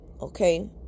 Okay